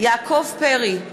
יעקב פרי,